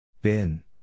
Bin